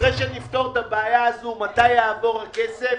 אחרי שנפתור את הבעיה הזו, מתי יעבור הכסף?